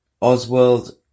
Oswald